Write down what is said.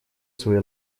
свои